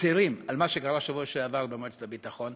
מצרים על מה שקרה בשבוע שעבר במועצת הביטחון